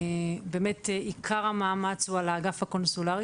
באמת עיקר המאמץ הוא על האגף הקונסולרי